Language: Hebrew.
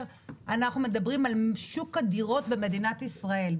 אנחנו מדברים על שוק הדירות במדינת ישראל,